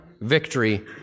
victory